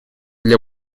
для